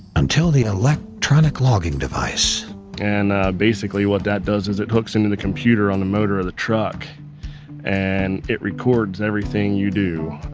until the electronic logging device and basically what that does is it hooks into the computer on the motor of the truck and it records everything you do.